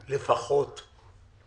לפחות.